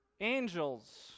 Angels